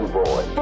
boy